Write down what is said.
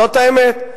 זאת האמת.